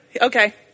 Okay